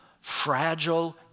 fragile